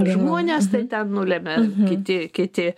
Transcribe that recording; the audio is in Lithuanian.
žmones tai ten nulemia kiti kiti